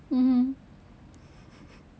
mmhmm